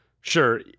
sure